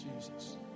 Jesus